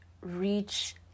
reach